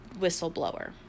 whistleblower